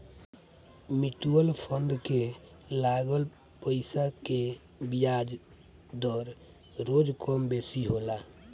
mutual fund के लागल पईसा के बियाज दर रोज कम बेसी होला